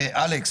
כן